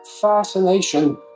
fascination